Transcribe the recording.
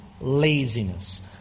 laziness